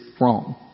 wrong